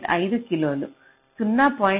5 కిలోలు 0